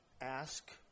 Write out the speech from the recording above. ask